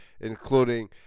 including